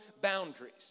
boundaries